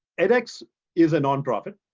edx is a nonprofit.